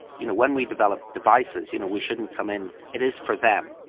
you know, when we develop devices you know we shouldn't come in. it is for them.